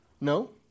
No